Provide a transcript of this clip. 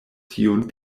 tiun